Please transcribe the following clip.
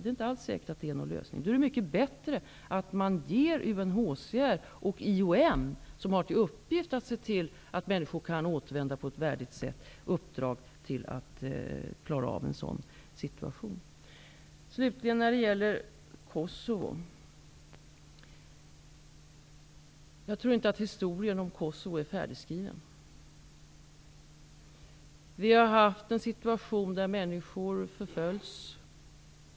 Det är inte alls säkert att ett sådant bidrag innebär någon lösning. Då är det mycket bättre att ge UNHCR och IOM, som har till uppgift att se till att människor kan återvända på ett värdigt sätt, uppdraget att klara av en sådan situation. Jag tror inte att historien om Kosovo är färdigskriven. Människor har förföljts.